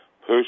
push